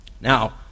Now